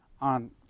on